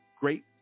great